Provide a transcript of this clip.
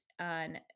on